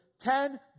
Ten